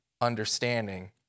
understanding